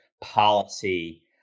policy